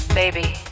Baby